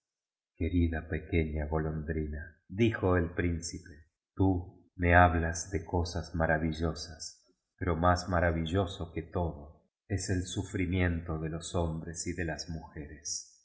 querida pequeña golondrina dijo el prin cipe tú me hablas de cosas maravillosas pero más maravilloso que tocio es d sufrimiento de los hombres y de las mujeres